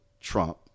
Trump